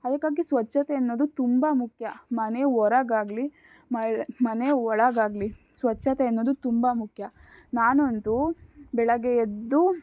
ಅದಕ್ಕಾಗಿ ಸ್ವಚ್ಛತೆ ಅನ್ನೋದು ತುಂಬ ಮುಖ್ಯ ಮನೆ ಹೊರಗಾಗ್ಲಿ ಮನೆ ಒಳಗಾಗಲಿ ಸ್ವಚ್ಛತೆ ಅನ್ನೋದು ತುಂಬ ಮುಖ್ಯ ನಾನಂತು ಬೆಳಗ್ಗೆ ಎದ್ದು